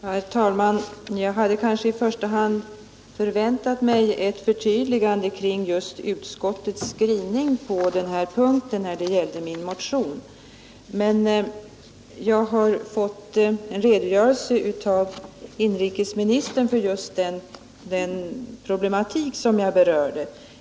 Herr talman! Jag hade i första hand väntat mig ett förtydligande av utskottets skrivning i vad gäller min motion men har nu av inrikesministern fått en redogörelse för den problematik som jag berört.